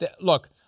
Look